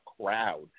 crowd